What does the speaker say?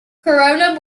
corona